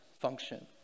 function